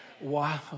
Wow